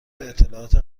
اطلاعات